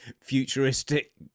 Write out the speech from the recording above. futuristic